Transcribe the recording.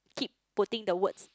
keep putting the words